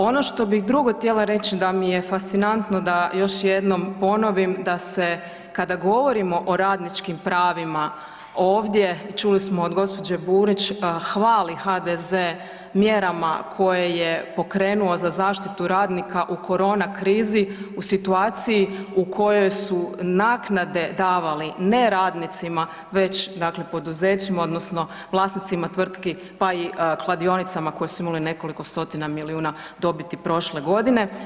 Ono što bih drugo htjela reći da mi je fascinantno da još jednom ponovim, da se, kada govorimo o radničkim pravima ovdje, čuli smo od gđe. Burić, hvali HDZ mjerama koje je pokrenuo za zaštitu radnika u koronakrizi u situaciji u kojoj su naknade davali ne radnicima, već dakle poduzećima, odnosno vlasnicima tvrtki, pa i kladionicama koje su imale nekoliko stotina milijuna dobiti prošle godine.